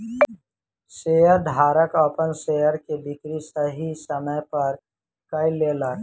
शेयरधारक अपन शेयर के बिक्री सही समय पर कय लेलक